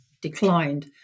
declined